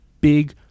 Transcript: big